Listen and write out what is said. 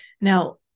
Now